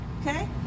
okay